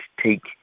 take